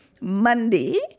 Monday